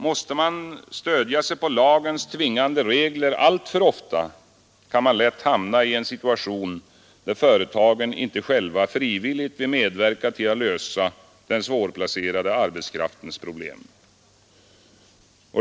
Måste man stödja sig på lagens tvingande regler alltför ofta kan man lätt hamna i en situation där företagen inte själva frivilligt vill medverka till att lösa den svårplacerade arbetskraftens problem.